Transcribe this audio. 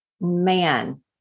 Man